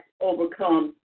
overcome